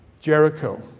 Jericho